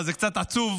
אבל זה קצת עצוב,